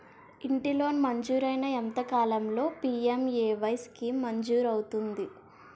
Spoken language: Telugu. ఇంటి లోన్ మంజూరైన ఎంత కాలంలో పి.ఎం.ఎ.వై స్కీమ్ మంజూరు అవుతుంది?